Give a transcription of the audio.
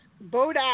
boat